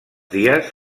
dies